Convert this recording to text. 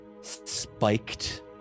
spiked